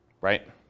right